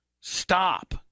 Stop